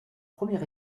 premier